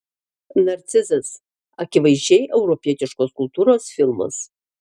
narcizas akivaizdžiai europietiškos kultūros filmas